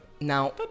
now